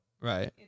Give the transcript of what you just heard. right